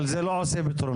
אבל זה לא נותן פתרונות.